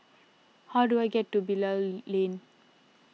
how do I get to Bilal Lane